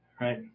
right